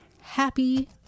happy